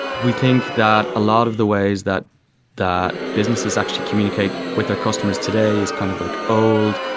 we think that a lot of the ways that that businesses actually communicate with our customers today is kind of like old,